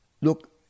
look